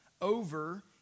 over